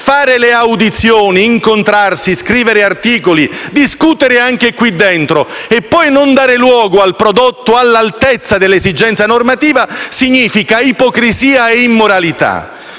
fare le audizioni, incontrarsi, scrivere articoli e discutere anche qui dentro e poi non dare luogo ad un prodotto all'altezza dell'esigenza normativa significa ipocrisia e immoralità.